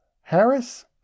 Harris